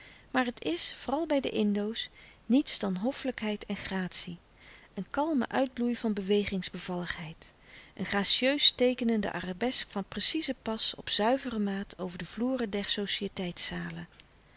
maar het is vooral bij de indo's niets dan hoffelijkheid en gratie een kalme uitbloei van bewegingsbevalligheid een gratieus teekenende arabesk van precieze pas op zuivere maat over de vloeren der